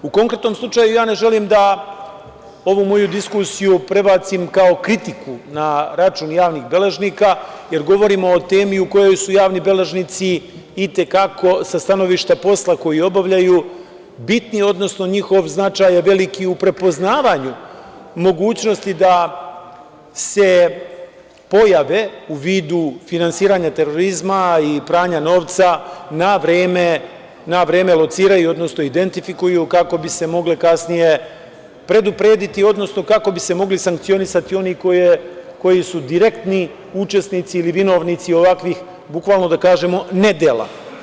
U konkretnom slučaju ja ne želim da ovu moju diskusiju prebacim kao kritiku na račun javnih beležnika, jer govorimo o temi u kojoj su javni beležnici i te kako sa stanovišta posla koji obavljaju bitni, odnosno njihov značaj je veliki u prepoznavanju mogućnosti da se pojave u vidu finansiranja terorizma i pranja novca na vreme lociraju, odnosno identifikuju, kako bi se mogle kasnije preduprediti, odnosno kako bi se mogli sankcionisati oni koji su direktni učesnici ili vinovnici ovakvih bukvalno da kažemo nedela.